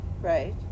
Right